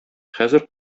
хәзер